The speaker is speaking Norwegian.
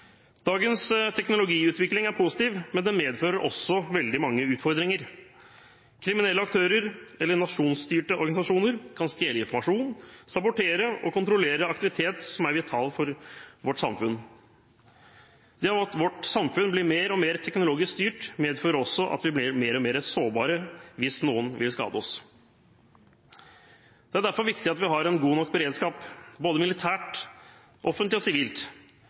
Dagens teknologiutvikling er positiv, men den medfører også veldig mange utfordringer. Kriminelle aktører eller nasjonsstyrte organisasjoner kan stjele informasjon, sabotere og kontrollere aktivitet som er vital for vårt samfunn. Det at vårt samfunn blir mer og mer teknologisk styrt, medfører også at vi blir mer og mer sårbare hvis noen vil skade oss. Det er derfor viktig at vi har god nok beredskap, både militært, offentlig og sivilt.